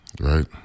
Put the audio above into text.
right